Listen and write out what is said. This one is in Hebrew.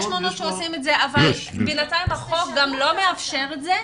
יש מעונות שעושים את זה אבל בינתיים החוק לא מאפשר את זה.